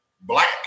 black